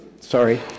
Sorry